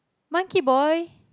Monkey Boy